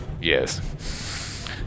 Yes